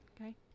Okay